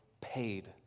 paid